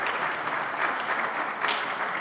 (מחיאות כפיים)